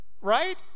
right